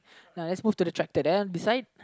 now let's move to the tractor then this side